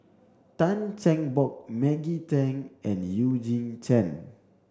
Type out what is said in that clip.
Tan Cheng Bock Maggie Teng and Eugene Chen